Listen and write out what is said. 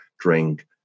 drink